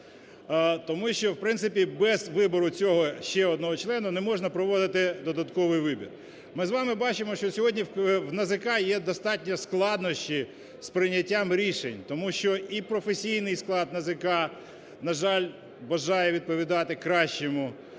тому що в принципі без вибору цього ще одного члена не можна проводити додатковий вибір. Ми з вами бачимо, що сьогодні в НАЗК є достатньо складнощів з прийняттям рішень, тому що і професійний склад НАЗК, на жаль, бажає відповідати кращому.